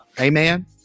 amen